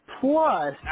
Plus